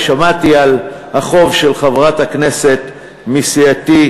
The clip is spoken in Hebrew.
ושמעתי על החוב של חברת הכנסת מסיעתי,